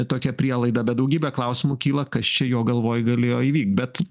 tokia prielaida bet daugybė klausimų kyla kas čia jo galvoj galėjo įvykt bet